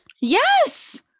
Yes